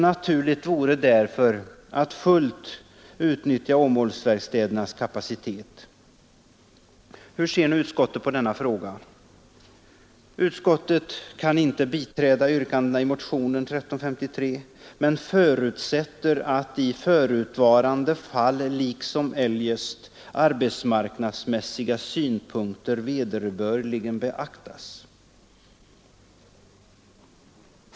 Naturligt vore därför att fullt utnyttja Åmålsverkstädernas kapacitet. Hur ser nu utskottet på denna fråga? Utskottet kan inte biträda i yrkandena i motionen 1353 ”men förutsätter att i förevarande fall liksom eljest arbetsmarknadsmässiga synpunkter vederbörligen beaktas”.